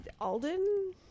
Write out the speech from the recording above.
Alden